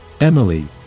Emily